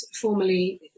formerly